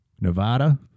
Nevada